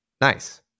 nice